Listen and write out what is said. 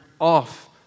off